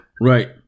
Right